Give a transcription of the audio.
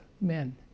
men